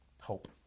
hope